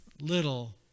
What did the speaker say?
little